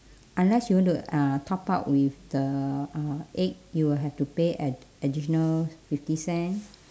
unless you want to uh top up with the uh egg you will have to pay add~ additional fifty cent